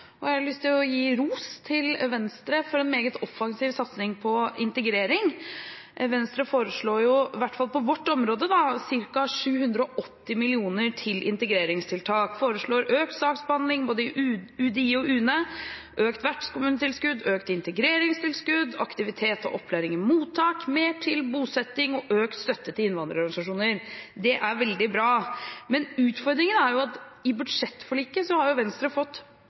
Jeg har lyst til å gi ros til Venstre for en meget offensiv satsing på integrering. Venstre foreslår, i hvert fall på vårt område, ca. 780 mill. kr til integreringstiltak, foreslår økt saksbehandling både i UDI og UNE, økt vertskommunetilskudd, økt integreringstilskudd, aktivitet og opplæring i mottak, mer til bosetting og økt støtte til innvandrerorganisasjoner. Det er veldig bra. Men utfordringen er at i budsjettforliket har Venstre fått oppsiktsvekkende lite gjennomslag. Av de 780 millionene som Venstre har prioritert, har man fått